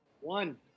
One